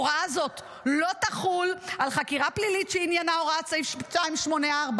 הוראה זאת לא תחול על חקירה פלילית שעניינה הוראת סעיף 284,